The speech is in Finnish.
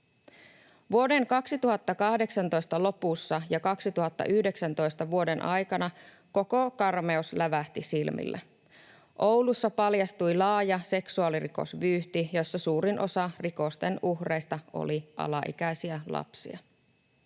Vuoden 2018 lopussa ja 2019 vuoden aikana koko karmeus lävähti silmille. Oulussa paljastui laaja seksuaalirikosvyyhti, jossa suurin osa rikosten uhreista oli alaikäisiä lapsia.